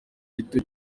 gito